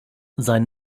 sein